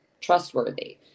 trustworthy